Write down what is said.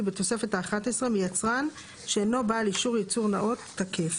בתוספת האחת עשרה מיצרן שאינו בעל אישור ייצור נאות תקף".